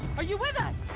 are you with us?